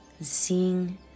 seeing